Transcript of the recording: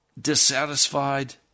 dissatisfied